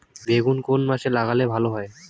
বেগুন কোন মাসে লাগালে ভালো হয়?